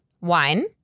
wine